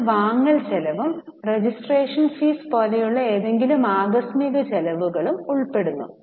അതിൽ വാങ്ങൽ ചെലവും രജിസ്ട്രേഷൻ ഫീസ് പോലുള്ള ഏതെങ്കിലും ആകസ്മിക ചെലവുകളും ഉൾപ്പെടുന്നു